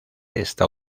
está